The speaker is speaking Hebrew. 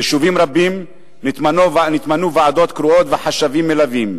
ליישובים רבים התמנו ועדות קרואות וחשבים מלווים.